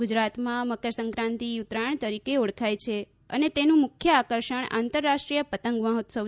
ગુજરાતમાં મકરસંક્રાંતિ ઉત્તરાયણ તરીકે ઓળખાય છે અને તેનું મુખ્ય આકર્ષણ આંતરરાષ્ટ્રીય પતંગ મહોત્સવ છે